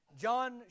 John